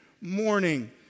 morning